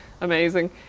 amazing